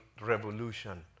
revolution